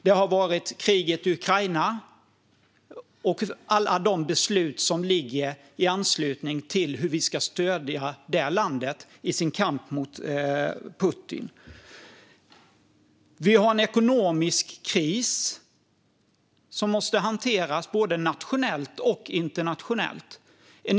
Det har varit kriget i Ukraina och alla beslut i anslutning till hur vi ska stödja landet i dess kamp mot Putin. Vi har en ekonomisk kris som måste hanteras både nationellt och internationellt.